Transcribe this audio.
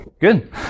Good